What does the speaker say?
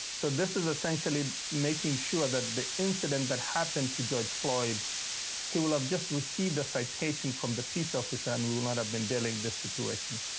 so this is essentially making sure that the incident that happened to george floyd he will have just received a citation from the peace office and will will not have been dealing this situation.